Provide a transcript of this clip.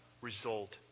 result